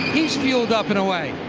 he is fueled up in a way.